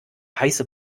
heiße